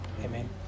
Amen